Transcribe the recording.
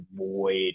avoid